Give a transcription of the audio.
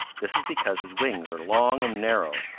this is because his wings are long and narrow.